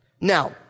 Now